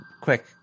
quick